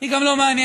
היא גם לא מעניינת.